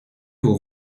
vous